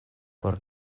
por